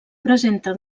presenta